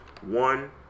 one